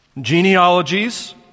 genealogies